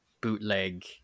bootleg